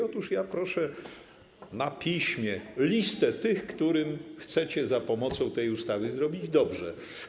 Otóż ja proszę, na piśmie, o listę tych, którym chcecie za pomocą tej ustawy zrobić dobrze.